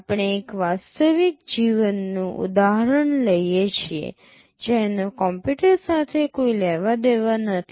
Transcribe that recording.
આપણે એક વાસ્તવિક જીવનનું ઉદાહરણ લઈએ છીએ જેનો કમ્પ્યુટર સાથે કોઈ લેવાદેવા નથી